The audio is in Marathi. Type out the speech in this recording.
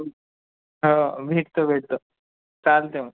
हा भेटतो भेटतो चालते मग